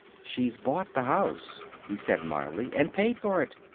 she's bought the house, he said mildly, and paid for it.